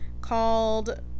called